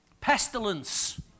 pestilence